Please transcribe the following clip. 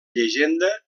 llegenda